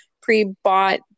pre-bought